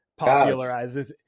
popularizes